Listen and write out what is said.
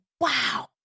Wow